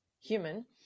human